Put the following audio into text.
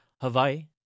Hawaii